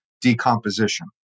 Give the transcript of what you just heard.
decomposition